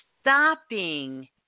stopping